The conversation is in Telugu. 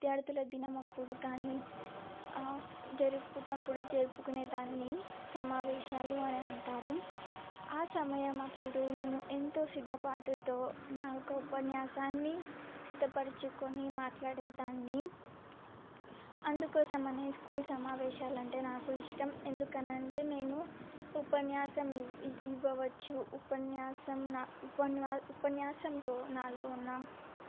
విద్యార్థుల దినమప్పుడు కానీ జరుపుటప్పుడు జరుపుకునే దాన్ని సమావేశాలు అని అంటారు ఆ సమయం అప్పుడు నేను ఎంతో సిద్ధపాటుతో నాకు ఉపన్యాసాన్ని సిద్ధపరచుకొని మాట్లాడేదాన్ని అందుకోసమనే స్కూల్ సమావేశాలు అంటే నాకు ఇష్టం ఎందుకనంటే నేను ఉపన్యాసం ఇవ్వవచ్చు ఉపన్యాసం నా ఉపన్వ ఉపన్యాసంతో నాలో ఉన్న